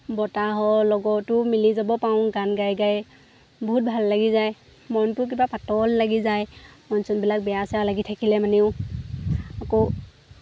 বতাহৰ লগতো মিলি যাব পাওঁ গান গাই গাই বহুত ভাল লাগি যায় মনটো কিবা পাতল লাগি যায় মন চনবিলাক বেয়া চেয়া লাগি থাকিলে মানেও আকৌ